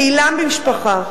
קהילה ומשפחה.